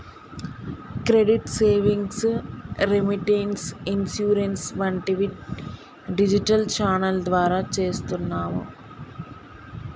credit savings, remittance, insurance వంటివి digital channel ద్వారా చేస్తున్నాము